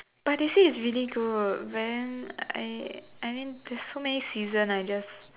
but they say it's really good but then I I mean there's so many seasons I just